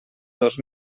dos